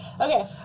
okay